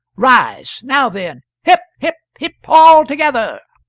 rise! now, then hip! hip! hip all together!